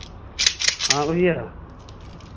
हाँ भैया